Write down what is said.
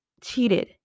cheated